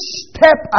step